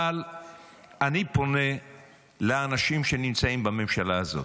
אבל אני פונה לאנשים שנמצאים בממשלה הזאת: